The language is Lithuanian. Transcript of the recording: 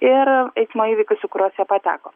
ir eismo įvykius į kuriuos jie pateko